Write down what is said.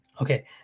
Okay